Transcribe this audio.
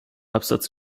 absatz